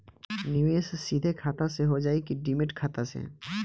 निवेश सीधे खाता से होजाई कि डिमेट खाता से?